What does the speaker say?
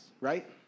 right